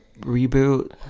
reboot